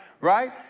right